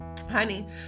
honey